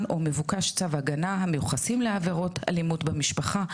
או מבוקש צו ההגנה המיוחסים לעבירות אלימות במשפחה,